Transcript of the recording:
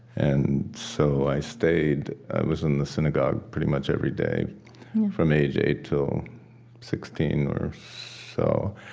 and so i stayed. i was in the synagogue pretty much every day from age eight until sixteen or so.